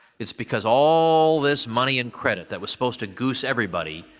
it's because all this money and credit that was supposed to goose everybody,